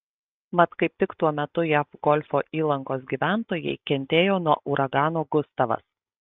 mat kaip tik tuo metu jav golfo įlankos gyventojai kentėjo nuo uragano gustavas